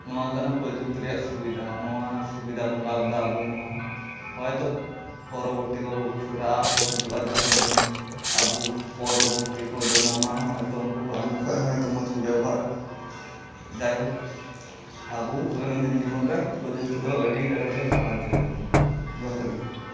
ᱱᱚᱣᱟ ᱠᱟᱱᱟ ᱯᱨᱚᱡᱤᱩᱛᱤ ᱨᱮᱭᱟᱜ ᱥᱩᱵᱤᱛᱟ ᱟᱨ ᱱᱚᱣᱟ ᱥᱩᱵᱤᱛᱟᱵᱚᱱ ᱞᱟᱵᱷᱮᱫᱟ ᱟᱵᱚ ᱱᱚᱣᱟ ᱦᱚᱭᱛᱚ ᱯᱚᱨᱚᱵᱚᱨᱛᱤ ᱵᱟ ᱵᱷᱚᱵᱤᱥᱥᱚᱛᱨᱮ ᱟᱨᱦᱚᱸ ᱦᱟᱹᱡᱩᱜᱼᱟ ᱡᱟᱦᱟᱱ ᱡᱤᱱᱤᱥ ᱟᱵᱚ ᱯᱚᱨᱚᱵᱚᱨᱛᱤ ᱯᱨᱚᱡᱚᱱᱢᱚ ᱚᱱᱟᱦᱚᱸ ᱦᱚᱭᱛᱚ ᱩᱱᱠᱚ ᱟᱵᱚ ᱠᱷᱡᱚᱦᱚᱸ ᱦᱚᱭᱛᱚ ᱢᱚᱡᱽᱠᱚ ᱵᱮᱣᱦᱟᱨᱟ ᱡᱟᱭᱦᱳᱠ ᱟᱵᱚ ᱫᱳᱭᱱᱚᱱᱫᱤᱱ ᱡᱚᱵᱚᱱᱨᱮ ᱯᱨᱚᱡᱩᱠᱛᱤ ᱫᱚ ᱟᱹᱰᱤ ᱠᱟᱡᱟᱜ ᱮ ᱥᱟᱦᱟᱡᱽᱡᱚᱭᱮᱫ ᱵᱚᱱᱟ ᱡᱚᱦᱟᱨᱜᱮ